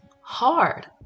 hard